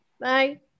Bye